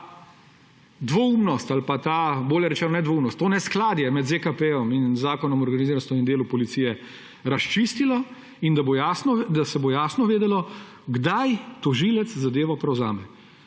ta dvoumnost ali pa, bolje rečeno, ne dvoumnost, to neskladje med ZKP in Zakonom o organiziranosti in delu policije razčistilo in da se bo jasno vedelo, kdaj tožilec zadevo prevzame.